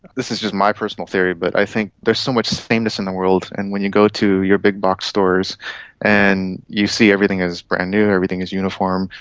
this is just my personal theory, but i think there's so much sameness in the world, and when you go to your big-box stores and you see everything as brand-new, everything as uniform,